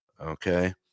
Okay